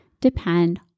depend